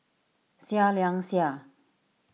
Seah Liang Seah